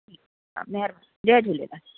ठीकु आहे महिरबानी जय झूलेलाल